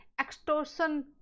extortion